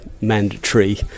mandatory